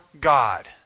God